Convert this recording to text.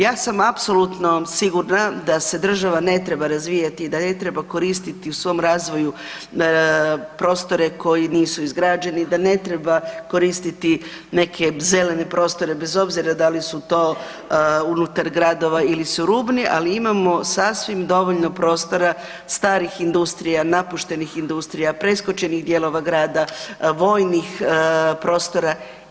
Ja sam apsolutno sigurna da se država ne treba razvijati i da ne treba koristiti u svom razvoju prostore koji nisu izgrađeni, da ne treba koristiti neke zelene prostore bez obzira da li su to unutar gradova ili su rubni, ali imamo sasvim dovoljno prostora starih industrija, napuštenih industrija, preskočenih dijelova grada, vojnih prostora.